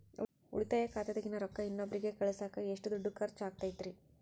ಉಳಿತಾಯ ಖಾತೆದಾಗಿನ ರೊಕ್ಕ ಇನ್ನೊಬ್ಬರಿಗ ಕಳಸಾಕ್ ಎಷ್ಟ ದುಡ್ಡು ಖರ್ಚ ಆಗ್ತೈತ್ರಿ?